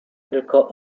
tylko